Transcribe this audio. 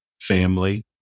family